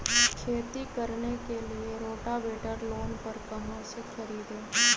खेती करने के लिए रोटावेटर लोन पर कहाँ से खरीदे?